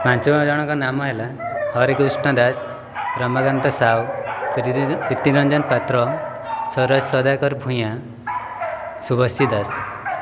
ପାଞ୍ଚଜଣଙ୍କ ନାମ ହେଲା ହରେକୃଷ୍ଣ ଦାସ ରମାକାନ୍ତ ସାହୁ ପ୍ରୀତିରଞ୍ଜନ ପାତ୍ର ସରୋଜ ସଦାକର ଭୂଇଁଆ ଶୁଭଶ୍ରୀ ଦାସ